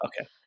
Okay